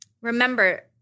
Remember